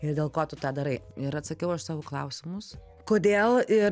ir dėl ko tu tą darai ir atsakiau aš sau į klausimus kodėl ir